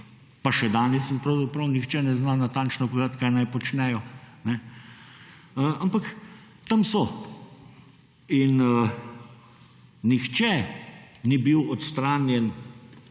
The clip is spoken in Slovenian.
pa še danes jim pravzaprav nihče ne zna natančno povedat, kaj naj počnejo, ampak tam so. In nihče ni bil odstranjen